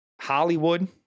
Hollywood